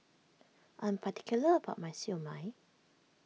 I am particular about my Siew Mai